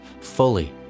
fully